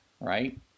Right